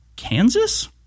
Kansas